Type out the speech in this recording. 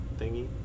thingy